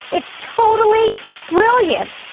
it's totally brilliant.